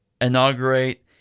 inaugurate